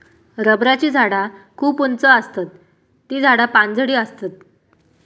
रबराची झाडा खूप उंच आसतत ती झाडा पानझडी आसतत